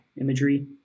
imagery